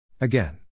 Again